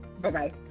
Bye-bye